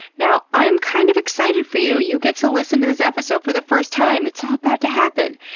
now, i'm kind of excited for you, you get to listen to this episode for the first time, it's all about to happen!